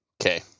Okay